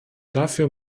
dafür